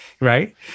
Right